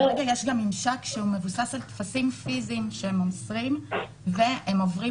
כרגע יש ממשק שמבוסס על טפסים פיזיים שמוסרים והם עוברים